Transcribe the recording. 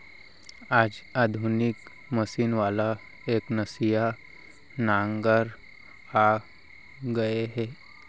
आज आधुनिक मसीन वाला एकनसिया नांगर आ गए हे